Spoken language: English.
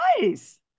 nice